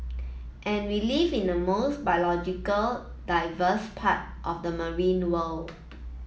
and we live in the most biological diverse part of the marine world